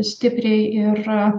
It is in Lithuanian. stipriai ir